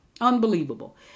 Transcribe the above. Unbelievable